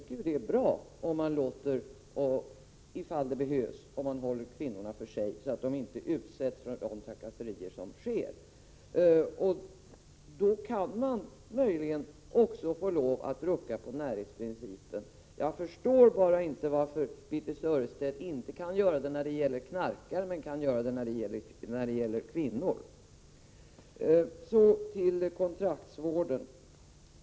Det är bra om kvinnorna får vara för sig om det behövs, så att de inte utsätts för trakasserier. Då kan det också bli nödvändigt att rucka på närhetsprincipen. Jag förstår bara inte varför Birthe Sörestedt inte kan göra det när det gäller knarkare men göra det när det gäller kvinnor. Så till kontraktsvården.